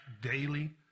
daily